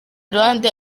ruhande